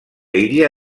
illa